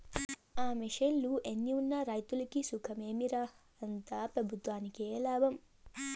ఆ మిషన్లు ఎన్నున్న రైతులకి సుఖమేమి రా, అంతా పెబుత్వంకే లాభం